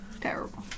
Terrible